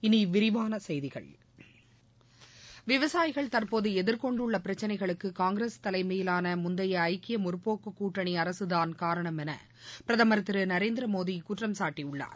இனி விரிவான செய்திகள் விவசாயிகள் தற்போது எதிர்கொண்டுள்ள பிரச்சினைகளுக்கு காங்கிரஸ் தலைமையிலான முந்தைய ஐக்கிய முற்போக்குக் கூட்டணி அரசுதான் காரணம் என பிரதமர் திரு நரேந்திரமோடி குற்றம் சாட்டியுள்ளார்